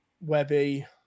Webby